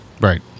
right